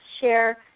share